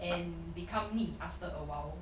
and become 腻 after a while